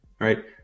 Right